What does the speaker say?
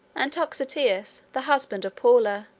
and toxotius, the husband of paula,